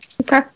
Okay